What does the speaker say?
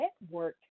network